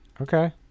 Okay